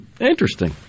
interesting